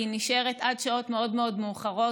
כי היא נשארה עד שעות מאוד מאוד מאוחרות,